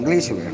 English